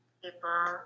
people